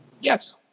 Yes